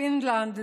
פינלנד,